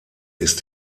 ist